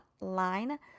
line